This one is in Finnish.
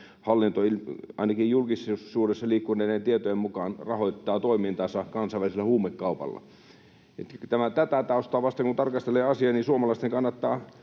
hallinto, ainakin julkisuudessa liikkuneiden tietojen mukaan, rahoittaa toimintansa kansainvälisellä huumekaupalla. Tätä taustaa vasten kun tarkastelee asiaa, niin suomalaisten kannattaa